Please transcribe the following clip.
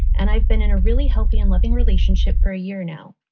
and i've been in a really healthy and loving relationship for a year now.